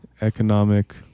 economic